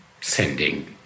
sending